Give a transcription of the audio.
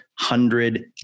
hundred